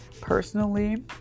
Personally